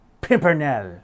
Pimpernel